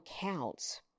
counts